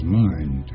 mind